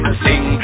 sing